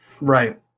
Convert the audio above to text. Right